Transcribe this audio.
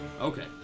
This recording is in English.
Okay